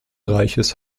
reiches